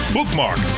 Bookmark